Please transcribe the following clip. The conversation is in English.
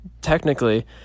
technically